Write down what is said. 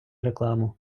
рекламу